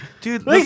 Dude